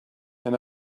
and